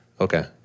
Okay